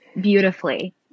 beautifully